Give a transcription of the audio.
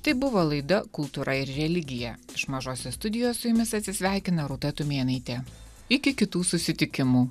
tai buvo laida kultūra ir religija iš mažosios studijos su jumis atsisveikina rūta tumėnaitė iki kitų susitikimų